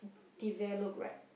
developed right